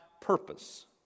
purpose